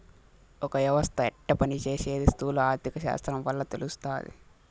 ఒక యవస్త యెట్ట పని సేసీది స్థూల ఆర్థిక శాస్త్రం వల్ల తెలస్తాది